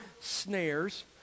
snares